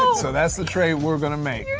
um so that's the trade we're gonna make.